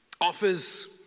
offers